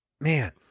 man